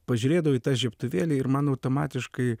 pažiūrėdavau į tą žiebtuvėlį ir mano automatiškai